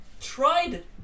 tried